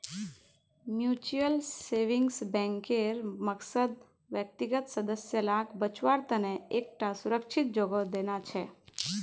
mutual savings बैंकेर मकसद व्यक्तिगत सदस्य लाक बच्वार तने एक टा सुरक्ष्हित जोगोह देना छे